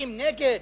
מתווכחים נגד,